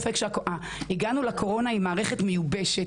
הגענו לקורונה עם מערכת מיובשת,